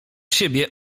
siebie